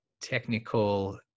technical